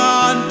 on